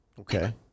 Okay